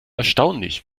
erstaunlich